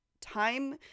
time